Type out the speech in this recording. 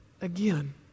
again